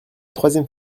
troisième